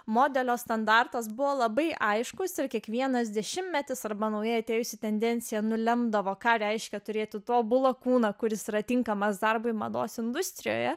modelio standartas buvo labai aiškus ir kiekvienas dešimtmetis arba naujai atėjusi tendencija nulemdavo ką reiškia turėti tobulą kūną kuris yra tinkamas darbui mados industrijoje